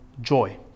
joy